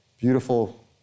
beautiful